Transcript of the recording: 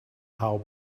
how